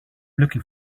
looking